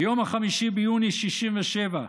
"ביום ה-5 ביוני 1967,